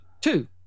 two